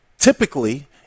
Typically